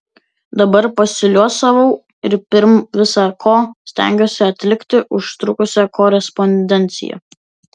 dabar pasiliuosavau ir pirm visa ko stengiuosi atlikti užtrukusią korespondenciją